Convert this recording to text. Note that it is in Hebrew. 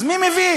אז מי מבין?